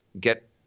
get